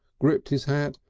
gripped his hat,